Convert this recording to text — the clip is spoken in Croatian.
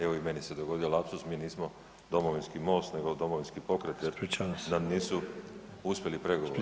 Evo i meni se dogodio lapsus, mi nismo Domovinski most nego Domovinski pokret jer nam nisu uspjeli pregovori.